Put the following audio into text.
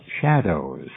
shadows